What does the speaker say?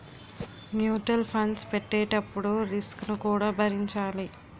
mutual funds పెట్టేటప్పుడు risk ను కూడా భరించాలి